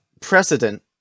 precedent